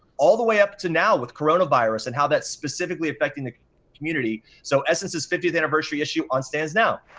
all the way up to now with coronavirus and how that's specifically affecting the community. so, essence's fiftieth anniversary issue, on stands now.